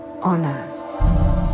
Honor